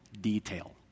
detail